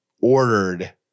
ordered